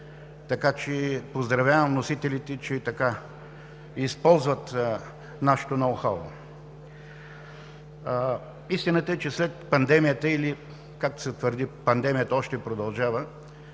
така че поздравявам вносителите, че използват нашето ноу-хау. Истината е, че след пандемията, или както се твърди – пандемията още продължава,